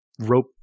rope